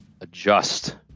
adjust